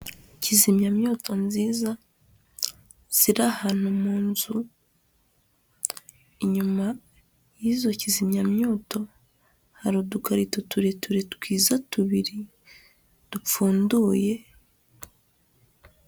Kizimyamyoto nziza ziri ahantu mu nzu, inyuma y'izo kizimyamyoto hari udukarito tuture ture twiza tubiri dupfunduye.